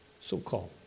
so-called